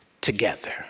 together